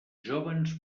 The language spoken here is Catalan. jóvens